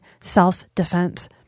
self-defense